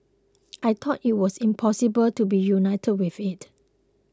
I thought it was impossible to be reunited with it